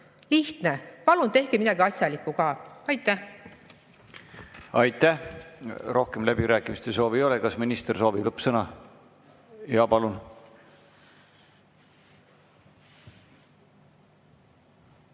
Lihtne! Palun tehke midagi asjalikku ka! Aitäh! Aitäh! Rohkem läbirääkimiste soovi ei ole. Kas minister soovib lõppsõna? Jaa, palun!